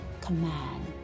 command